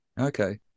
Okay